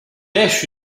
beş